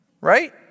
right